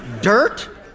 Dirt